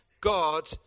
God